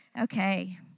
Okay